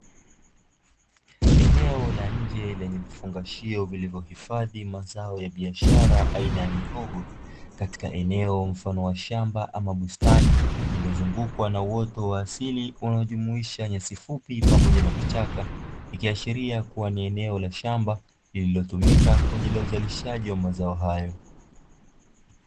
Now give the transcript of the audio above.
Eneo la nje lenye vifungashio vilivyohifadhi mazao ya biashara aina ya mihogo, katika eneo mfano wa shamba ama bustani, likizungukwa na uoto wa asili unaojumuisha nyasi fupi pamoja na vichaka, ikiashiria kuwa ni eneo la shamba lililotumika kwa ajili ya uzalishaji wa mazao hayo.